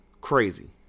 crazy